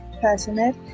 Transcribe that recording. passionate